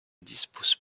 dispose